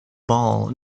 ball